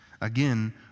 again